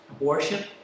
Abortion